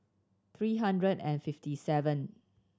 three hundred and fifty seven